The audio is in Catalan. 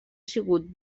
sigut